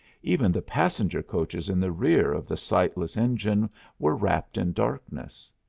even the passenger coaches in the rear of the sightless engine were wrapped in darkness.